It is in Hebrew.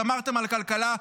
גמרתם על הכלכלה,